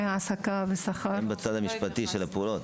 הם בצד המשפטי של הפעולות.